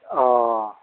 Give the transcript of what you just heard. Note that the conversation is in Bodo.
औ दे